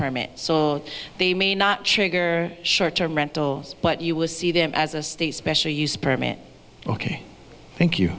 permits they may not trigger short term rentals but you will see them as a state special use permit ok thank you